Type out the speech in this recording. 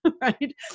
right